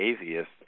atheist